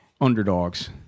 underdogs